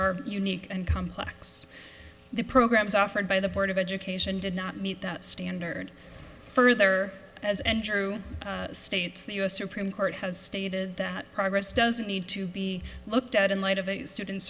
are unique and complex the programs offered by the board of education did not meet the standard further as andrew states the us supreme court has stated that progress doesn't need to be looked at in light of the student